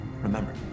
Remember